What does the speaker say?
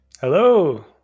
Hello